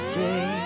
day